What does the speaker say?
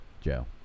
Joe